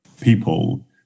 people